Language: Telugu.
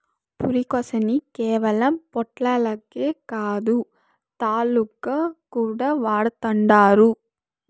పురికొసని కేవలం పొట్లాలకే కాదు, తాళ్లుగా కూడా వాడతండారు